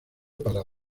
para